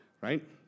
right